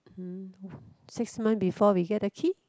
hmm six month before we get the key